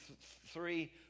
three